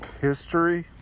history